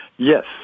Yes